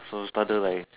so started like